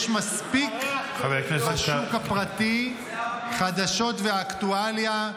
יש מספיק בשוק הפרטי חדשות ואקטואליה.